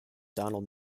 donald